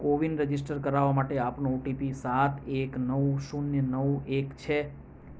CoWIN register કરાવવા માટે આપનો ઓટીપી સાત એક નવ શૂન્ય નવ એક છે